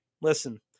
listen